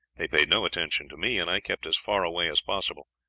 they paid no attention to me, and i kept as far away as possible.